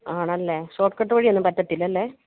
ആണല്ലേ ഷോർട്ട്കട്ട് വഴിയൊന്നും പറ്റത്തില്ല അല്ലേ